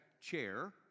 chair